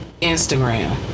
Instagram